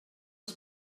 els